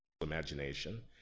imagination